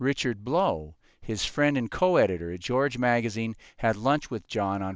richard blow his friend in coeditor of george magazine had lunch with john